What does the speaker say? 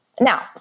Now